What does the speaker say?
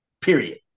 period